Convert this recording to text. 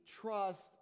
trust